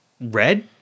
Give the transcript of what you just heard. red